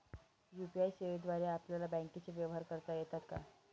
UPI सेवेद्वारे आपल्याला बँकचे व्यवहार करता येतात का?